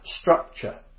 structure